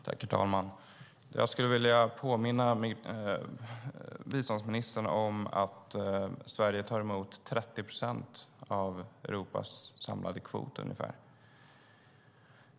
Herr talman! Jag skulle vilja påminna biståndsministern om att Sverige tar emot ungefär 30 procent av Europas samlade kvot.